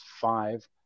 five